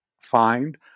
find